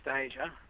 Asia